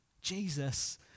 Jesus